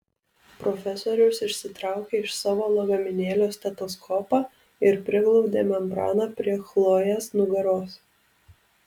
profesorius išsitraukė iš savo lagaminėlio stetoskopą ir priglaudė membraną prie chlojės nugaros